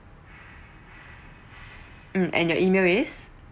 mm and your E-mail is